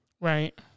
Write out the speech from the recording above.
Right